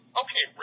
okay